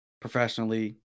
professionally